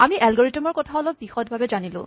আমি এলগৰিদমৰ কথা অলপ বিশদ ভাৱে জানিলোঁ